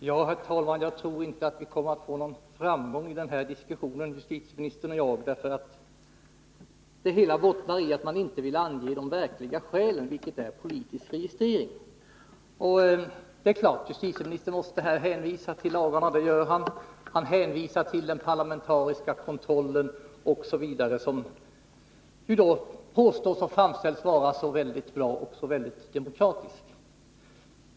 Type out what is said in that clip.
Herr talman! Jag tror inte att justitieministern och jag kommer någon vart i denna diskussion. Det hela bottnar i att man inte vill ange det verkliga skälet för besluten, nämligen politisk registrering. Justitieministern hänvisar till den parlamentariska kontrollen som påstås vara så bra och demokratisk.